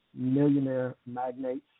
millionairemagnates